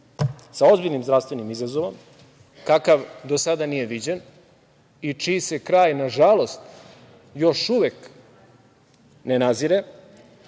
sa ozbiljnim zdravstvenim izazovom, kakav do sada nije viđen i čiji se kraj nažalost još uvek ne nazire.